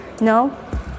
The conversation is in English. no